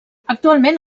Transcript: actualment